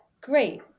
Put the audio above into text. great